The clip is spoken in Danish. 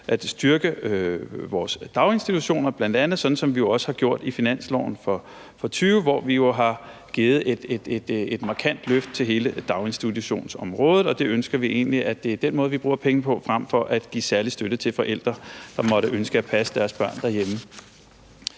at styrke vores daginstitutioner, som vi bl.a. også har gjort i finansloven for 2020, hvor vi har givet et markant løft til hele daginstitutionsområdet. Og vi ønsker, at det er den måde, vi bruger pengene på, frem for at give særlig støtte til forældre, der måtte ønske at passe deres børn derhjemme.